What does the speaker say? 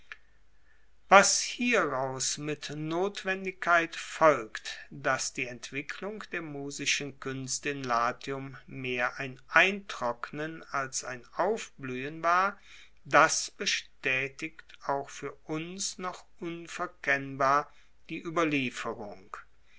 was hieraus mit notwendigkeit folgt dass die entwicklung der musischen kuenste in latium mehr ein eintrocknen als ein aufbluehen war das bestaetigt auch fuer uns noch unverkennbar die ueberlieferung